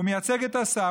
הוא מייצג את השר,